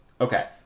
Okay